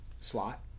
slot